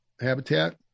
habitat